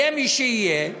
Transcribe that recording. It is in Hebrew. יהיה מי שיהיה,